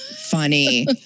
funny